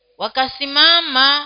wakasimama